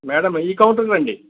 madam ఈ కౌంటరుకి రండి